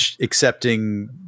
accepting